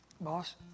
boss